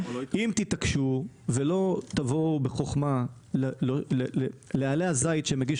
אם תתעקשו ולא תבואו בחוכמה לעלה הזית שמגיש